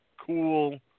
cool